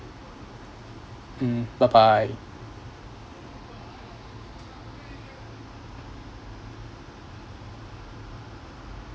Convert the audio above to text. mm bye bye